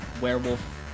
werewolf